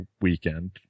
weekend